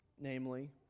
namely